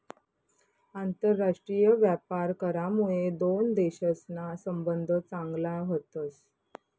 आंतरराष्ट्रीय व्यापार करामुये दोन देशसना संबंध चांगला व्हतस